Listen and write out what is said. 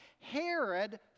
Herod